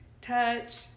touch